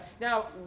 Now